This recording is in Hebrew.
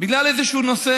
בגלל איזה נושא,